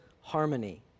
harmony